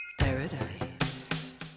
Paradise